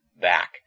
back